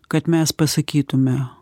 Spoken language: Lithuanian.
kad mes pasakytume